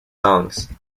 songs